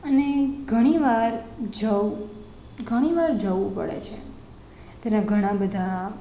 અને ઘણી વાર જાઉં ઘણી વાર જવું પડે છે ત્યારે ઘણા બધા